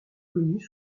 connus